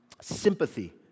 sympathy